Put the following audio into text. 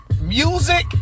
music